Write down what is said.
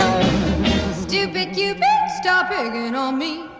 stupid, you stop it. you know me